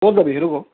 ক'ত যাবি সেইটো ক